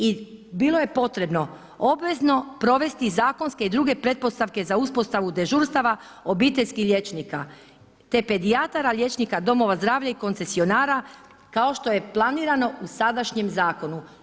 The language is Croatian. I bilo je potrebno obvezno provesti zakonske i druge pretpostavke za uspostavu dežurstava obiteljskih liječnika te pedijatara, liječnika domova zdravlja i koncesionara kao što je planirano u sadašnjem zakonu.